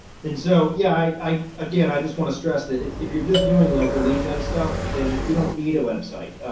and so yeah, i again, i just want to stress that if you're just doing local lead gen stuff, then you don't need a website.